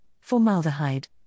formaldehyde